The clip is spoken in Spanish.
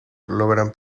logran